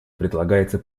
предлагается